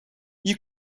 you